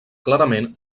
clarament